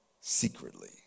secretly